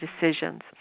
decisions